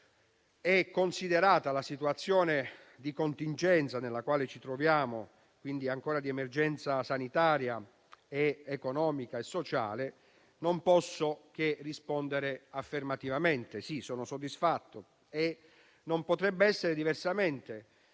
e considerata la situazione di contingenza nella quale ci troviamo, ossia di perdurante emergenza sanitaria, economica e sociale, non potrei che rispondere affermativamente: sì, sono soddisfatto. Non potrebbe essere diversamente,